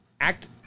act